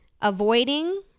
avoiding